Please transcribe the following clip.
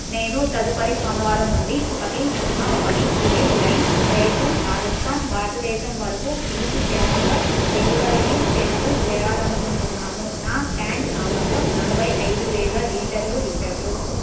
నేను తదుపరి సోమవారం నుండి ఒకటి సున్నా ఒకటి సివిల్ లైన్స్ జైపూర్ రాజస్థాన్ భారతదేశం వరకు నీటి ట్యాంకర్ డెలివరీని షెడ్యూల్ చేయాలని అనుకుంటున్నాను నా ట్యాంక్స్ సామర్థ్యం నలబై ఐదు వేల లీటర్లు లీటర్లు